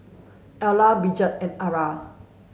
Ayla Brigid and Arra